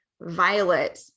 Violet